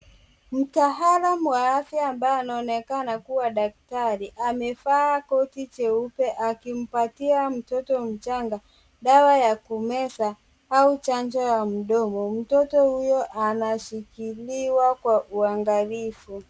Mtaalamu wa afya ambaye anaonekana kuwa daktari amevaa koti jeupe akimpatia mtoto mchanga dawa ya kumeza au chanjo ya mdomo. Mtoto huyo anashikiliwa kwa uangalifu.